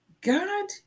God